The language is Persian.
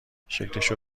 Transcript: شکلشو